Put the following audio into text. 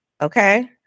okay